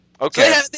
okay